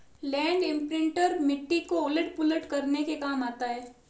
land imprinter मिट्टी को उलट पुलट करने के काम आता है